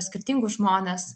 skirtingus žmones